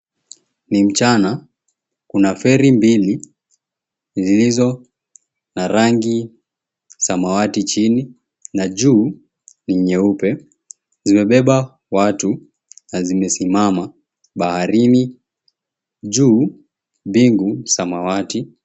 Ni mchana. Kuna ferry mbili zilzo na rangi samawati chini na juu ni nyeupe. Zimebeba watu na zimesimama baharini. Juu mbingu samawati.